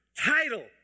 title